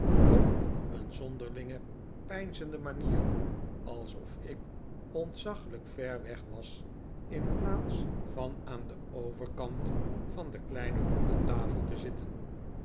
op een zonderlinge peinzende manier alsof ik ontzaglijk ver weg was in plaats van aan den overkant van de kleine ronde tafel te zitten